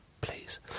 please